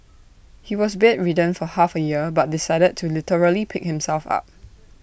he was bedridden for half A year but decided to literally pick himself up